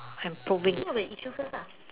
improving